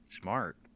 smart